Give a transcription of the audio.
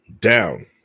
down